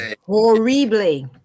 Horribly